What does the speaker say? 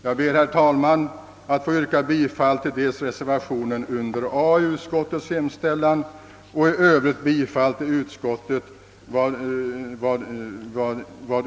Jag ber, herr talman, att få yrka bifall till reservationen I vid A i utskottets hemställan och i övrigt bifall till utskottets hemställan.